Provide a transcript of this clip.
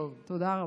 תודה רבה.